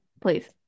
Please